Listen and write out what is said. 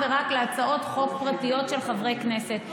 ולכן, חברי הכנסת,